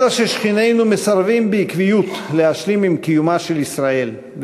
אלא ששכנינו מסרבים בעקביות להשלים עם קיומה של ישראל,